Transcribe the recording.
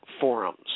forums